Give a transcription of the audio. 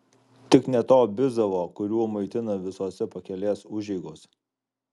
tik ne to bizalo kuriuo maitina visose pakelės užeigose